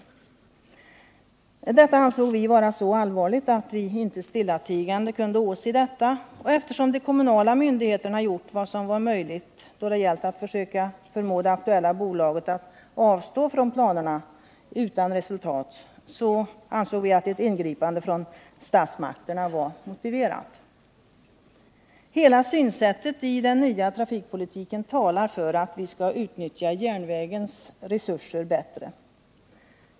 Detta ansåg vi vara så allvarligt att vi inte stillatigande kunde åse det, och eftersom de kommunala myndigheterna gjort vad som var möjligt då det gällt att försöka förmå det aktuella bolaget att avstå från planerna — men utan resultat — ansåg vi att ett ingripande från statsmakterna var motiverat. Hela synsättet i den nya trafikpolitiken talar för att vi skall utnyttja järnvägens resurser bättre.